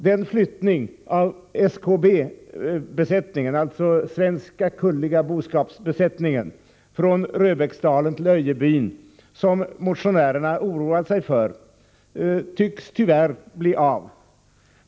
Den flyttning av SKB-besättningen — alltså besättningen av svensk kullig boskap — från Röbäcksdalen till Öjebyn som motionärerna har oroat sig för tycks tyvärr bli av.